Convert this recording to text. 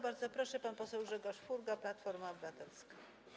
Bardzo proszę, pan poseł Grzegorz Furgo, Platforma Obywatelska.